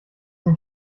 den